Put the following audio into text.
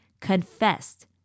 confessed